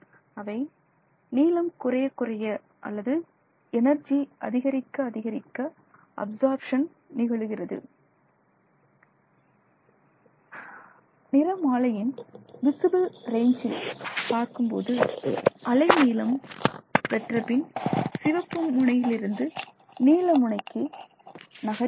அலை நீளம் குறைய குறைய அல்லது எனர்ஜி அதிகரிக்க அதிகரிக்க அப்சார்ப்ஷன் நிகழுகிறது நிறமாலையின் விசிபிள் ரேஞ்சில் பார்க்கும்போது அலை நீளம் பெற்றபின் சிவப்பு முனையிலிருந்து நீல முனைக்கு நகருகிறது